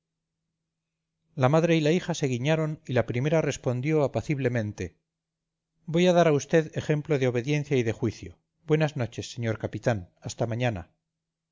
la madre y la hija se guiñaron y la primera respondió apaciblemente voy a dar a usted ejemplo de obediencia y de juicio buenas noches señor capitán hasta mañana